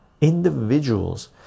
individuals